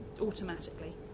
automatically